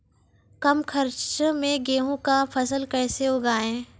कम खर्च मे गेहूँ का फसल कैसे उगाएं?